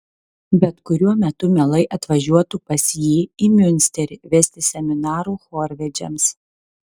bet kuriuo metu mielai atvažiuotų pas jį į miunsterį vesti seminarų chorvedžiams